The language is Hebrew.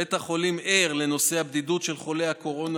בית החולים ער לנושא הבדידות של חולי הקורונה